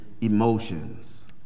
emotions